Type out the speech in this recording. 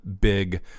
big